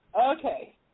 Okay